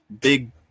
Big